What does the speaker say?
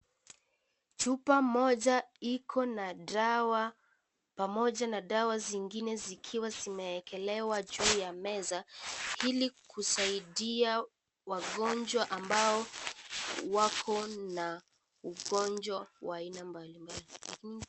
Chupa moja iko na dawa pamoja na dawa zingine zikiwa zimeekelewa juu ya meza ili kusaidia wagonjwa ambao wako na ugonjwa wa aina mbali mbali.